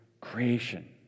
creation